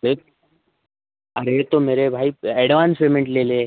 फिर अरे तो मेरे भाई एडवांस पेमेंट ले ले